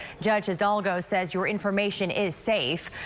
judges don't go says your information is safe.